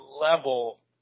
level